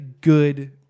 good